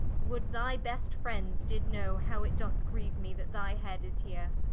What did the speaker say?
would thy best friends did know, how it doth greeue me that thy head is heere